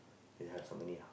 they have some many ah